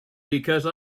because